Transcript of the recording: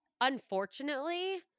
unfortunately